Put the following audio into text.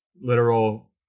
literal